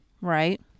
right